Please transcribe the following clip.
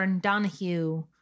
Donahue